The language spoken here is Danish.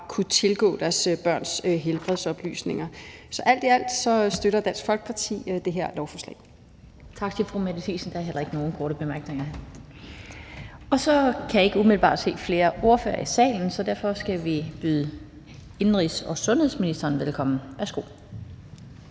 kunne tilgå deres børns helbredsoplysninger. Så alt i alt støtter Dansk Folkeparti det her lovforslag. Kl. 12:12 Den fg. formand (Annette Lind): Tak til fru Mette Thiesen. Der er heller ikke nogen korte bemærkninger her. Så kan jeg ikke umiddelbart se flere ordførere i salen, så derfor skal vi byde indenrigs- og sundhedsministeren velkommen. Værsgo.